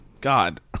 God